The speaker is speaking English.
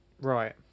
Right